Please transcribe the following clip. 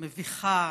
המביכה,